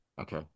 Okay